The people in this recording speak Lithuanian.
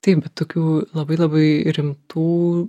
taip bet tokių labai labai rimtų